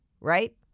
right